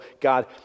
God